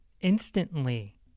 Instantly